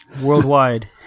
worldwide